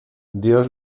dios